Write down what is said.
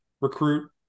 recruit